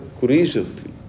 courageously